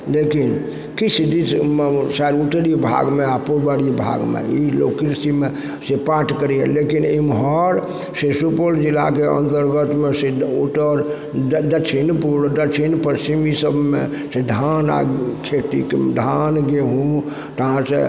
लेकिन किछु दिस चाहे उत्तरी भागमे आओर पुबारी भागमे ई लोक कृषिमे से पाट करइए लेकिन एमहर से सुपौल जिलाके अन्तर्गतमे से ओतोऽ दक्षिण पू दक्षिण पश्चिम ई सबमे से धान आओर खेतीके धान गेहूँ तहन से